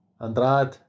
Andrade